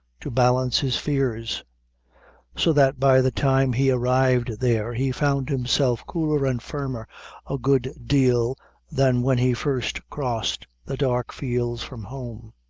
to balance his fears so that by the time he arrived there, he found himself cooler and firmer a good deal than when he first crossed the dark fields from home.